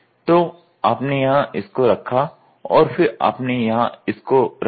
तो आपने यहाँ इसको रखा और फिर आपने यहाँ इसको रख दिया